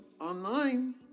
Online